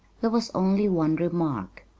there was only one remark.